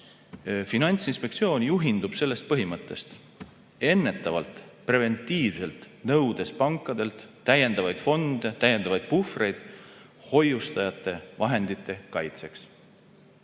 Finantsinspektsioon juhindub sellest põhimõttest, ennetavalt, preventiivselt nõudes pankadelt täiendavaid fonde ja täiendavaid puhvreid hoiustajate vahendite kaitseks.